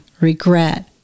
regret